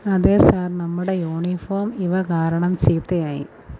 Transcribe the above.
അതേ സാർ നമ്മുടെ യൂണീഫോം ഇവ കാരണം ചീത്തയായി